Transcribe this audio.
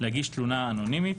להגיש תלונה אנונימית.